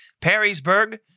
Perrysburg